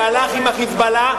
שהלך עם ה"חיזבאללה".